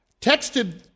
texted